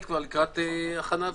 כבר לקראת הכנה וסגירה.